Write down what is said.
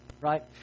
right